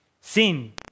sin